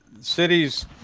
cities